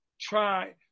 try